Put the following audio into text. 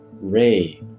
ray